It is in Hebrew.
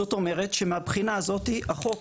זאת אומרת שמהבחינה הזאת החוק,